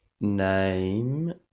name